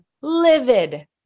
livid